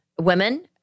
Women